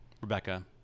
Rebecca